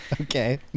Okay